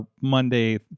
Monday